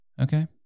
Okay